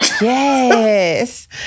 Yes